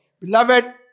Beloved